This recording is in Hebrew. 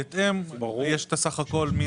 בהתאם יש את הסך הכול.